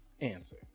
answer